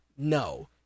No